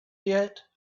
yet